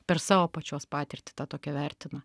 per savo pačios patirtį tą tokią vertina